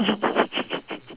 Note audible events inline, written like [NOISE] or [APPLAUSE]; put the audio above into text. [LAUGHS]